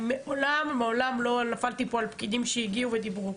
אני מעולם לא נפלתי פה על פקידים שהגיעו ודיברו,